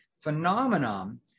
phenomenon